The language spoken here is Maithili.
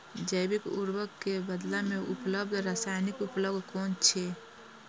जैविक उर्वरक के बदला में उपलब्ध रासायानिक उर्वरक कुन छै?